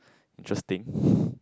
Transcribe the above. interesting